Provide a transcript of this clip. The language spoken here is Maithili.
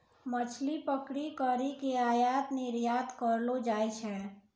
मछली पकड़ी करी के आयात निरयात करलो जाय छै